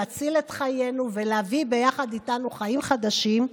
להציל את חיינו ולהביא ביחד איתנו חיים חדשים,